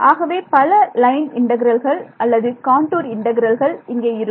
ஆகவே பல லைன் இன்டெக்ரல்கள் அல்லது காண்டூர் இன்டெக்ரல்கள் இங்கே இருக்கும்